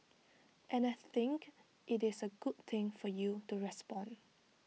and I think IT is A good thing for you to respond